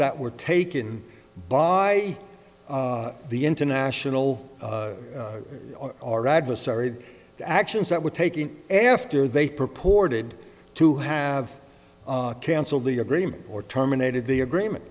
that were taken by the international on our adversary actions that were taken after they purported to have cancelled the agreement or terminated the agreement